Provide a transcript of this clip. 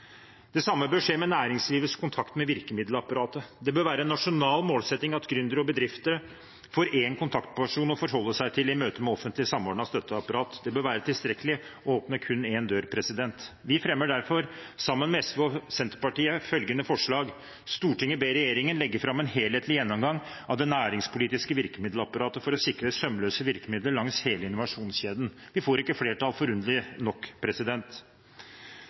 Det samme bør skje med næringslivets kontakt med virkemiddelapparatet. Det bør være en nasjonal målsetting at gründere og bedrifter får én kontaktperson å forholde seg til i møte med offentlig samordnet støtteapparat. Det bør være tilstrekkelig å åpne kun én dør. Vi fremmer derfor, sammen med SV og Senterpartiet, følgende forslag: «Stortinget ber regjeringen legge frem en helhetlig gjennomgang av det næringspolitiske virkemiddelapparatet for å sikre sømløse virkemidler langs hele innovasjonskjeden.» Vi får ikke flertall – forunderlig nok.